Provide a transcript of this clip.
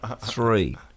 three